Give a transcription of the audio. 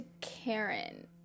Karen